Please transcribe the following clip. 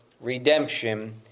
redemption